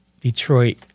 Detroit